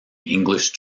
english